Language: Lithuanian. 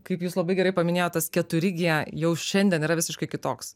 kaip jūs labai gerai paminėjot tas keturi gie jau šiandien yra visiškai kitoks